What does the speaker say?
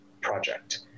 project